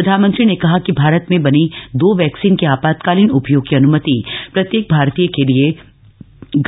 प्रधानमंत्री ने कहा कि भारत में बनी दो वैक्सीन के आपातकालीन उपयोग की अनुमति प्रत्येक भारतीय के लिए